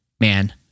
man